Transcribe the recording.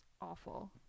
awful